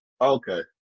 Okay